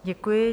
Děkuji.